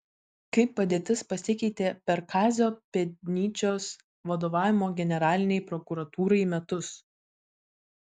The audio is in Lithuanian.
kaip padėtis pasikeitė per kazio pėdnyčios vadovavimo generalinei prokuratūrai metus